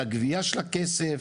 על הגבייה של הכסף,